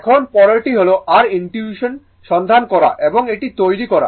এখন পরেরটি হল r ইনটুইশন সন্ধান করা এবং এটি তৈরি করা